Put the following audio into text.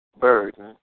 burden